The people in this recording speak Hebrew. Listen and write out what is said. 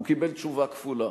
הוא קיבל תשובה כפולה.